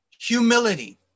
humility